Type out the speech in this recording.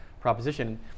proposition